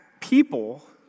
people